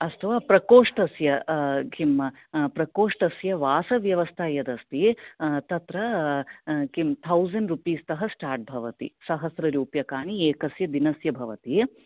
अस्तु प्रकोष्टस्य किं प्रकोष्टस्य वास व्यवस्था यत् अस्ति तत्र किं थौजेन्ड् रुपिस् तः स्टार्ट भवति सहस्र रुपकाणि एकस्य दिनस्य भवति